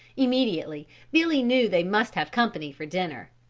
immediately billy knew they must have company for dinner.